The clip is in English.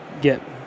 get